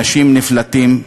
אנשים נפלטים,